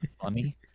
funny